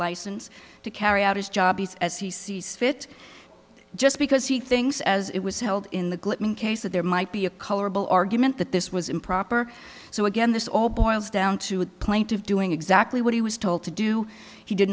license to carry out his job as he sees fit just because he thinks as it was held in the glickman case that there might be a colorable argument that this was improper so again this all boils down to a plaintive doing exactly what he was told to do he did